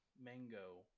mango